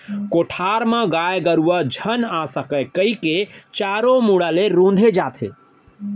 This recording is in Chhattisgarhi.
कोठार म गाय गरूवा झन आ सकय कइके चारों मुड़ा ले रूंथे जाथे